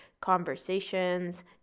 conversations